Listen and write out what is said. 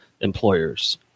employers